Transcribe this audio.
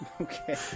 Okay